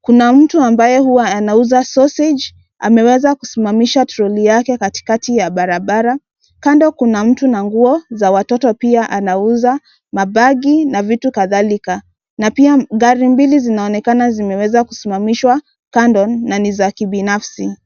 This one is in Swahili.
Kuna mtu ambaye huwa anauza (cs) sausage (cs), ameseza kusimamisha (cs) trolley (cs) yake katikati ya barabara . Kando kuna mtu na nguo za watoto pia anauza mabagi na vitu kadhalika , na pia gari mbili zinaonekana zimeweza kusimamishwa kando na ni za kibinafsi.